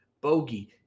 bogey